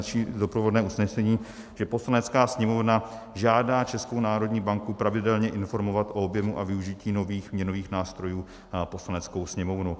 Chci načíst doprovodné usnesení, že Poslanecká sněmovna žádá Českou národní banku pravidelně informovat o objemu a využití nových měnových nástrojů Poslaneckou sněmovnu.